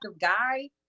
guy